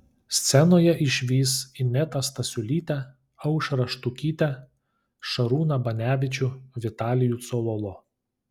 scenoje išvys inetą stasiulytę aušrą štukytę šarūną banevičių vitalijų cololo